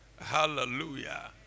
hallelujah